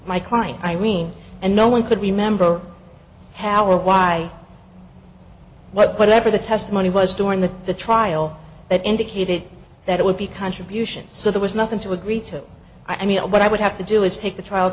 my client irene and no one could remember how or why whatever the testimony was during the the trial that indicated that it would be contributions so there was nothing to agree to i mean what i would have to do is take the trial